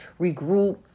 regroup